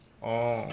oh